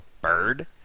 bird